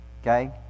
Okay